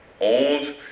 old